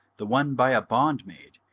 the one by a bondmaid,